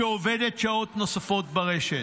שעובדת שעות נוספות ברשתות.